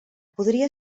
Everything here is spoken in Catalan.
podria